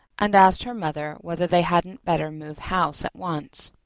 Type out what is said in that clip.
and asked her mother whether they hadn't better move house at once.